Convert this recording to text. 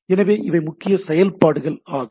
எனவே இவை முக்கிய செயல்பாடுகள் ஆகும்